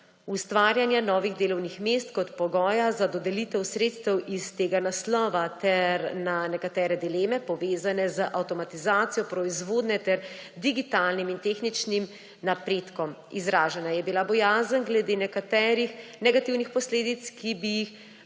ustvarjanja novih delovnih mest kot pogoja za dodelitev sredstev iz tega naslova ter na nekatere dileme, povezane z avtomatizacijo proizvodnje ter digitalnim in tehničnim napredkom. Izražena je bila bojazen glede nekaterih negativnih posledic, ki bi